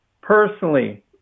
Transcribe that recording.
Personally